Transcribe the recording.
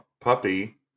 puppy